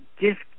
gift